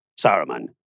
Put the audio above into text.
Saruman